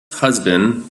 husband